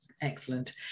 Excellent